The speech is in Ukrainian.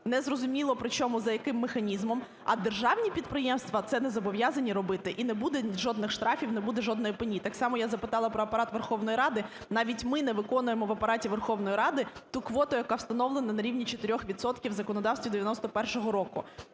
незрозуміло причому, за яким механізмом. А державні підприємства це не зобов'язані робити, і не буде жодних штрафів, не буде жодної пені. Так само я запитала про Апарат Верховної Ради: навіть ми не виконуємо в Апараті Верховної Ради ту квоту, яка встановлена на рівні 4 відсотків в законодавстві 91-го року.